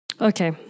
Okay